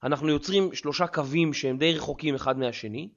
אנחנו יוצרים שלושה קווים שהם די רחוקים אחד מהשני